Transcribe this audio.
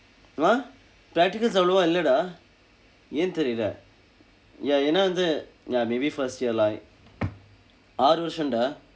ah practicals அவ்வளவா இல்லை:avvalavaa illai dah ஏன் தெரியில்லை:een theriyillai ya ஏனா வந்து:een vandthu ya maybe first year like ஆறு வருடம்:aaru varudam dah